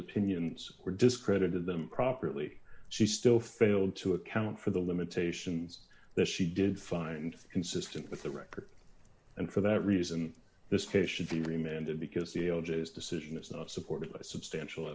opinions or discredited them properly she still failed to account for the limitations that she did find consistent with the record and for that reason this case should be remained in because the o'jays decision is not supported by substantial